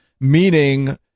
meaning